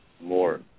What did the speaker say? more